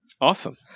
Awesome